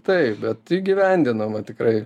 taip bet įgyvendinama tikrai